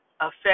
affect